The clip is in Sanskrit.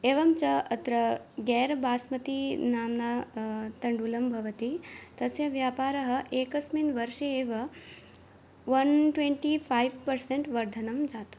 एवं च अत्र गेर् बास्मति नाम्ना तण्डुलं भवति तस्य व्यापारः एकस्मिन् वर्षे एव वन् ट्वेण्टि फै़व् पर्सेण्ट् वर्धनं जातं